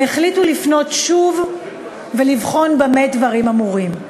הם החליטו לפנות שוב ולבחון במה דברים אמורים.